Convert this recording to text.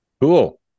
cool